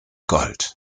gold